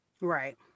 right